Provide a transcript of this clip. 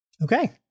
Okay